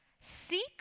Seek